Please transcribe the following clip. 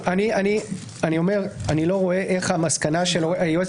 אני לא רואה איך המסקנה של היועצת